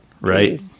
Right